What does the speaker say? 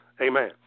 Amen